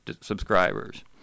subscribers